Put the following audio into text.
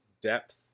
depth